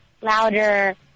louder